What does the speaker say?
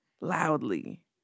loudly